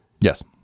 yes